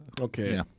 Okay